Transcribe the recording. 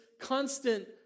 constant